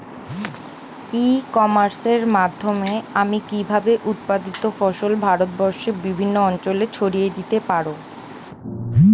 ই কমার্সের মাধ্যমে আমি কিভাবে উৎপাদিত ফসল ভারতবর্ষে বিভিন্ন অঞ্চলে ছড়িয়ে দিতে পারো?